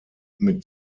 mit